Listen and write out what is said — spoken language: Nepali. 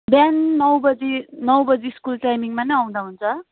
बिहान नौ बजी नौ बजी स्कुल टाइमिङमा नै आउँदा हुन्छ